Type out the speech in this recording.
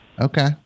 Okay